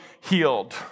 healed